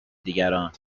دیگران